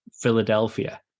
Philadelphia